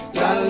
la